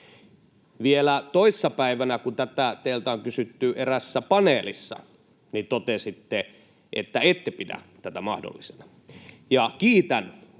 Vielä toissapäivänä, kun tätä teiltä on kysytty eräässä paneelissa, niin totesitte, että ette pidä tätä mahdollisena. Kiitän